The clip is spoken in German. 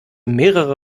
mehrere